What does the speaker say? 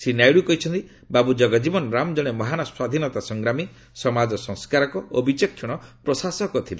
ଶ୍ରୀନାଇଡ଼ୁ କହିଛନ୍ତି ବାବୁ ଜଗଜୀବନ ରାମ୍ ଜଣେ ମହାନ୍ ସ୍ୱାଧୀନତା ସଂଗ୍ରାମୀ ସମାଜ ସଂସ୍କାରକ ଓ ବିଚକ୍ଷଣ ପ୍ରଶାସକ ଥିଲେ